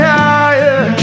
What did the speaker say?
higher